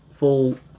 full